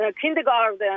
kindergarten